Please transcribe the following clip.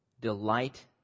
delight